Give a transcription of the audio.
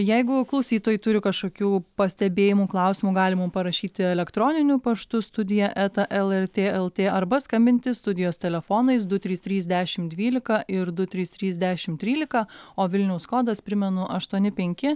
jeigu klausytojai turi kažkokių pastebėjimų klausimų gali mum parašyti elektroniniu paštu studija eta lrt lt arba skambinti studijos telefonais du trys trys dešim dvylika ir du trys trys dešim trylika o vilniaus kodas primenu aštuoni penki